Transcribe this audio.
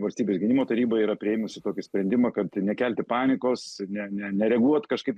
valstybės gynimo taryba yra priėmusi tokį sprendimą kad nekelti panikos ne ne nereaguot kažkaip